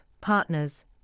partners